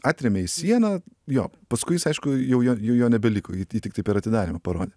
atrėmė į sieną jo paskui jis aišku jau jo jau jo nebeliko jį jį tiktai per atidarymą parodė